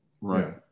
Right